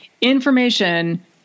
information